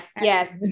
yes